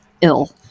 ill